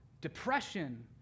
Depression